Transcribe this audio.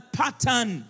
pattern